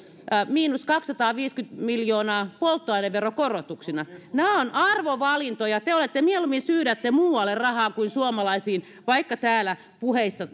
miinus kaksisataaviisikymmentä miljoonaa polttoaineverokorotuksina nämä ovat arvovalintoja te te mieluummin syydätte muualle rahaa kuin suomalaisiin vaikka täällä puheissa